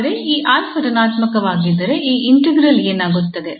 ಆದರೆ ಈ 𝑎 ಋಣಾತ್ಮಕವಾಗಿದ್ದರೆ ಈ ಇಂಟಿಗ್ರಾಲ್ ಏನಾಗುತ್ತದೆ